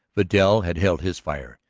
vidal had held his fire,